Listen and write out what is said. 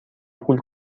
پول